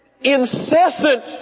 Incessant